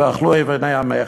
"ואכלו אביני עמך".